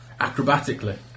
Acrobatically